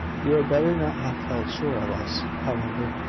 you had better not have felt sure of us. however,